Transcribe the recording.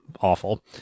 awful